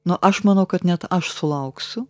nu aš manau kad net aš sulauksiu